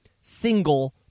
single